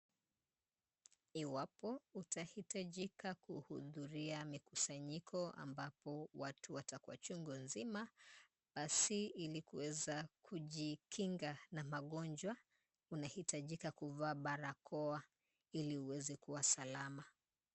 Iwapo utahitajika kuhudhuria mikusanyiko ambapo watu watakuwa chungu nzima, basi ili kuweza kujikinga na magonjwa, unahitajika kuvaa barakoa, ili uweze kuwa salama.